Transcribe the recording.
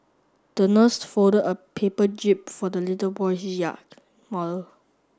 the nurse folded a paper jib for the little boy's yacht model